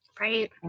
Right